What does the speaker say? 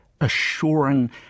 assuring